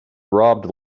robbed